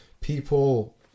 People